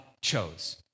chose